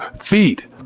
feet